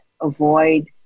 avoid